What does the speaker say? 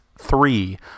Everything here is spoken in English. three